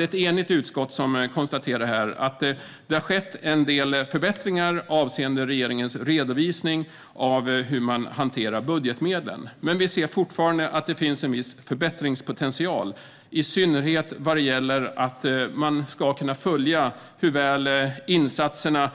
Ett enigt utskott konstaterar att det har skett vissa förbättringar avseende regeringens redovisning av hur man hanterar budgetmedel. Men vi anser fortfarande att det finns en viss förbättringspotential, i synnerhet vad gäller att det ska gå att följa i vilken utsträckning insatserna